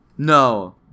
no